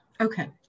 Okay